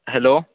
hello